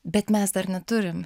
bet mes dar neturim